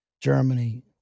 Germany